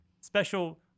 Special